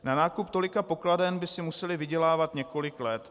Na nákup tolika pokladen by si museli vydělávat několik let.